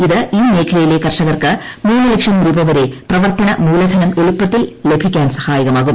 ഇത് ഈ മേഖലയിലെ കർഷകർക്ക് മൂന്ന് ലക്ഷം രൂപ വരെ പ്രവർത്തന മൂലധനം എളുപ്പത്തിൽ ലഭിക്കാൻ സഹായകമാകും